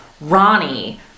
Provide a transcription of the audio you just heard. Ronnie